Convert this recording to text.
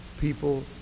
people